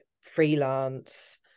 freelance